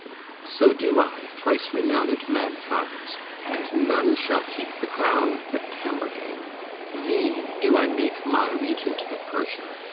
so do i, thrice-renowmed man-at-arms and none shall keep the crown but tamburlaine thee do i make my regent of persia,